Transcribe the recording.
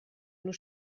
nous